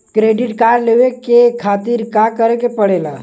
Credit card लेवे खातिर का करे के पड़ेला?